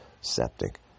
septic